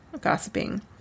gossiping